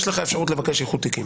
יש לך אפשרות לבקש איחוד תיקים.